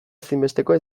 ezinbestekoa